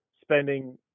spending